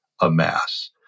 amass